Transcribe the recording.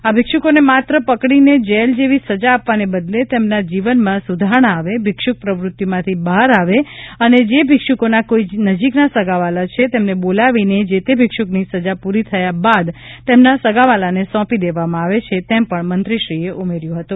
આ ભિક્ષુકોને માત્ર પકડીને જેલ જેવી સજા આપવાને બદલે તેમના જીવનમાં સુધારણા આવે ભિક્ષુક પ્રવ્રત્તિમાંથી બહાર આવે અને જે ભિક્ષુકોના કોઇ નજીકના સગાવાહલા છે તેમને બોલાવીને જે તે ભિક્ષુકની સજા પુરી થયા બાદ તેમના સગાવાહલાને સોંપી દેવામાં આવે છે તેમ પણ મંત્રીશ્રીએ ઉમેર્ય્ય હતું